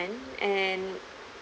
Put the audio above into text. and